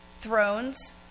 Thrones